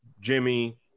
Jimmy